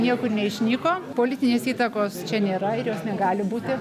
niekur neišnyko politinės įtakos čia nėra ir jos negali būti